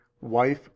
wife